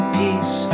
peace